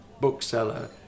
bookseller